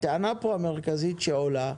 הטענה המרכזית שעולה,